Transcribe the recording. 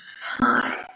Hi